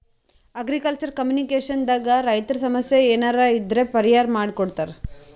agriculture communication ದಾಗ್ ರೈತರ್ ಸಮಸ್ಯ ಏನರೇ ಇದ್ರ್ ಪರಿಹಾರ್ ಮಾಡ್ ಕೊಡ್ತದ್